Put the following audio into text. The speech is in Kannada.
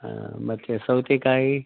ಹಾಂ ಮತ್ತು ಸೌತೆಕಾಯಿ